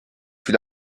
fut